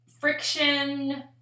friction